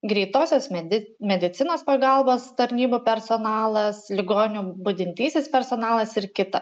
greitosios medi medicinos pagalbos tarnybų personalas ligonių budintysis personalas ir kita